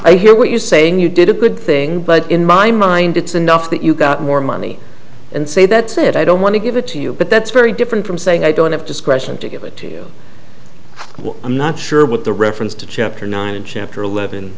i hear what you're saying you did a good thing but in my mind it's enough that you got more money and say that's it i don't want to give it to you but that's very different from saying i don't have discretion to give it to you what i'm not sure what the reference to chapter nine in chapter eleven